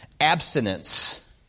abstinence